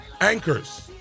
anchors